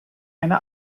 eine